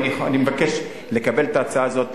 אני מבקש לקבל את ההצעה הזו,